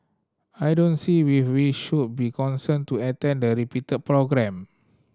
I don't see we we should be cornered to attend the repeated programme